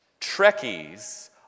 Trekkies